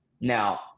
Now